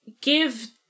give